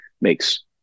makes